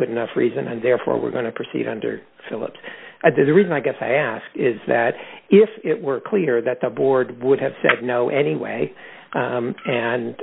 good enough reason and therefore we're going to proceed under phillips at the reason i guess i ask is that if it were clear that the board would have said no anyway and